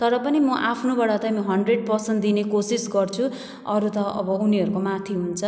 तर पनि म आफ्नोबाट चाहिँ म हन्ड्रेड पर्सेन्ट दिने कोसिस गर्छु अरू त अब उनीहरूको माथि हुन्छ